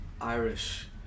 Irish